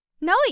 No